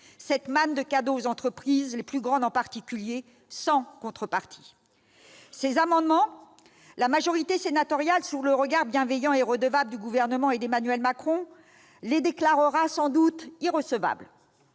cette manne de cadeaux aux entreprises, les plus grandes en particulier, sans contrepartie. Ces amendements, la majorité sénatoriale, sous le regard bienveillant et redevable du Gouvernement et d'Emmanuel Macron, les déclarera sans doute irrecevables.